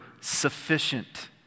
sufficient